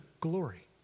glory